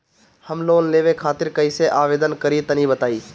हम लोन लेवे खातिर कइसे आवेदन करी तनि बताईं?